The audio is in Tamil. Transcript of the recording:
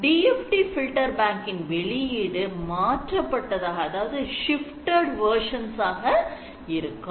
DFT filter bank இன் வெளியீடு மாற்றப்பட்டதாய் இருக்கும்